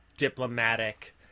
diplomatic